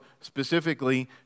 specifically